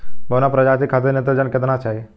बौना प्रजाति खातिर नेत्रजन केतना चाही?